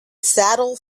saddle